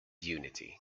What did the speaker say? unity